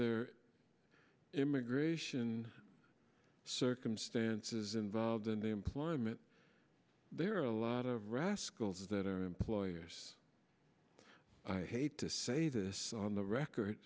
there immigration circumstances involved in the employment there are a lot of rascals that are employers i hate to say this on the record